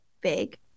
Big